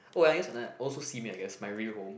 oh and I guess and I also Simei I guess my real home